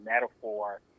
metaphor